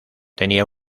tenía